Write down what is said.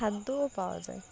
খাদ্যও পাওয়া যায়